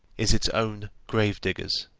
is its own grave-diggers.